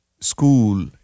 school